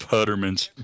Puttermans